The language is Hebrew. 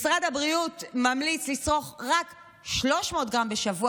משרד הבריאות ממליץ לצרוך רק 300 גרם בשר,